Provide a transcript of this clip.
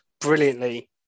brilliantly